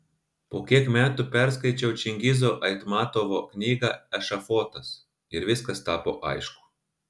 po kiek metų perskaičiau čingizo aitmatovo knygą ešafotas ir viskas tapo aišku